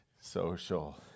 social